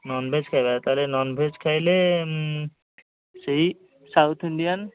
non veg ଖାଇବା ତା'ହେଲେ non-veg ଖାଇଲେ ସେଇ ସାଉଥ୍ ଇଣ୍ଡିଆନ୍